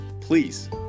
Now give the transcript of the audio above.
Please